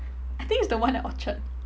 I think it's the one at orchard